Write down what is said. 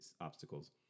obstacles